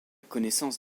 connaissance